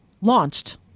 launched